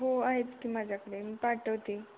हो आहेत की माझ्याकडे मी पाठवते